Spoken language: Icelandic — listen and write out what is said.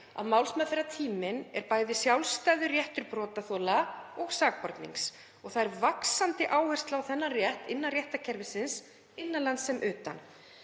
að málsmeðferðartími er bæði sjálfstæður réttur brotaþola og sakbornings og það er vaxandi áhersla á þennan rétt innan réttarkerfisins innan lands sem utan.